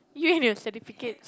you and your certificates